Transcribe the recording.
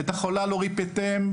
את החולה לא ריפאתם,